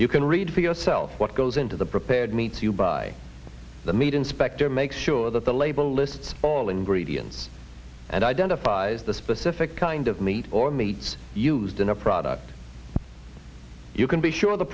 you can read for yourself what goes into the prepared meats you buy the meat inspector make sure that the label lists all ingredients and identifies the specific kind of meat or meats used in a product you can be sure the